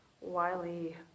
Wiley